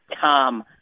Tom